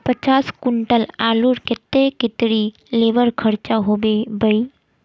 पचास कुंटल आलूर केते कतेरी लेबर खर्चा होबे बई?